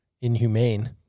inhumane